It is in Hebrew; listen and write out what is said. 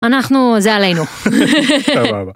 אנחנו זה עלינו.